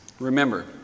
Remember